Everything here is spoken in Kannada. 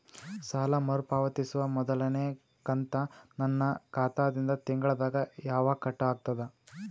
ಸಾಲಾ ಮರು ಪಾವತಿಸುವ ಮೊದಲನೇ ಕಂತ ನನ್ನ ಖಾತಾ ದಿಂದ ತಿಂಗಳದಾಗ ಯವಾಗ ಕಟ್ ಆಗತದ?